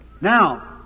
Now